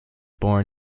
born